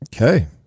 Okay